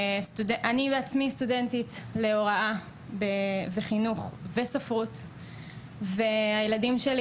אני בעצמי סטודנטית להוראה וחינוך וספרות והילדים שלי